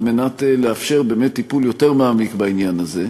כדי לאפשר באמת טיפול יותר מעמיק בעניין הזה.